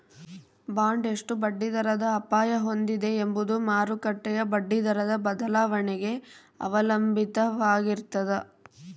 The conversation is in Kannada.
ಬಾಂಡ್ ಎಷ್ಟು ಬಡ್ಡಿದರದ ಅಪಾಯ ಹೊಂದಿದೆ ಎಂಬುದು ಮಾರುಕಟ್ಟೆಯ ಬಡ್ಡಿದರದ ಬದಲಾವಣೆಗೆ ಅವಲಂಬಿತವಾಗಿರ್ತದ